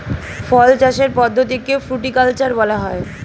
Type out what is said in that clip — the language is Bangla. ফল চাষের পদ্ধতিকে ফ্রুটিকালচার বলা হয়